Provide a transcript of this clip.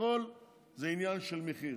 הכול זה עניין של מחיר.